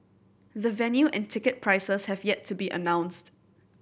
the venue and ticket prices have yet to be announced